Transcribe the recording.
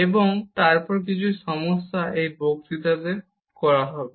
এবং তারপর কিছু সমস্যা এই বক্তৃতা করা হবে